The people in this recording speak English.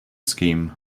scheme